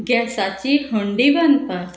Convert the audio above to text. गॅसाची खंडी बांदपाक